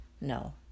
no